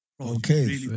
Okay